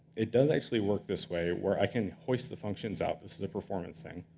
it does actually work this way, where i can hoist the functions out. this is a performance thing.